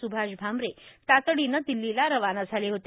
स्भाष भामरे तातडीनं दिल्लीला रवाना झाले होते